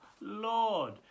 Lord